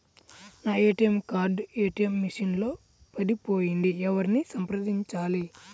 నా ATM card ATM machine లో పడిపోయింది ఎవరిని సంప్రదించాలి?